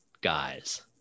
guys